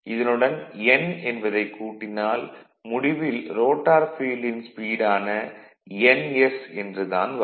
இதனுடன் n என்பதைக் கூட்டினால் முடிவில் ரோட்டார் ஃபீல்டின் ஸ்பீடான ns என்று தான் வரும்